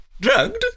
Drugged